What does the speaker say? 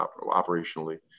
operationally